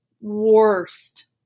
worst